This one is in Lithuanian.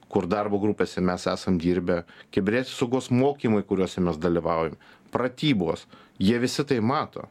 kur darbo grupėse mes esam dirbę kibernetinės saugos mokymai kuriuose mes dalyvaujam pratybos jie visi tai mato